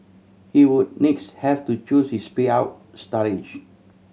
he would next have to choose his payout start age